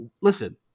Listen